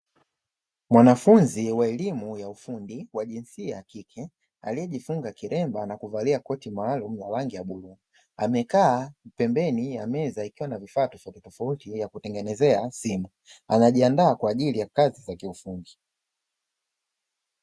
Mwanafunzi wa elimu ya ufundi wa jinsia ya kike, aliyejifunga kilemba na kuvalia koti maalumu la rangi ya bluu, amekaa pembeni ya meza ikiwa na vifaa tofautitofauti vya kutengeneza simu, anajiandaa kwa ajili ya kazi za kiufundi.